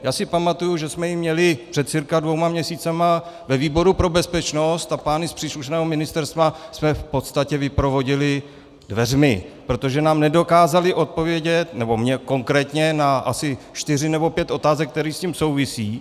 Já si pamatuji, že jsme ji měli před cca dvěma měsíci ve výboru pro bezpečnost a pány z příslušného ministerstva jsme v podstatě vyprovodili dveřmi, protože nám nedokázali odpovědět nebo mně konkrétně na asi čtyři nebo pět otázek, které s tím souvisí.